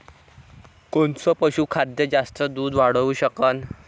कोनचं पशुखाद्य जास्त दुध वाढवू शकन?